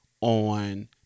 on